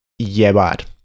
llevar